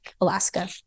Alaska